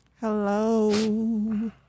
Hello